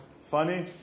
funny